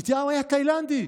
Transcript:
מתתיהו היה תאילנדי?